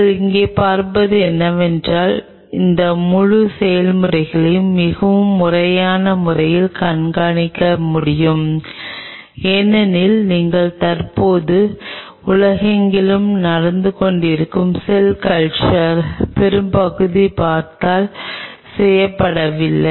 நீங்கள் இங்கே பார்ப்பது என்னவென்றால் இந்த முழு செயல்முறையையும் மிகவும் முறையான முறையில் கண்காணிக்க முடியும் இல்லையெனில் நீங்கள் தற்போது உலகெங்கிலும் நடந்துகொண்டிருக்கும் செல் கல்ச்சர் பெரும்பகுதியைப் பார்த்தால் செய்யப்படவில்லை